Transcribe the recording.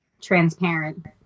transparent